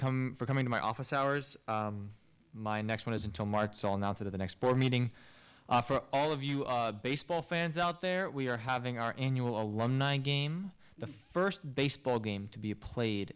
come for coming to my office hours my next one is until march so now to the next board meeting for all of you baseball fans out there we are having our annual alumni game the first baseball game to be played